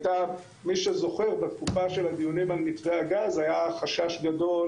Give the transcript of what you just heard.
מי שזוכר בתקופה של הדיונים על מתווה הגז היה חשש גדול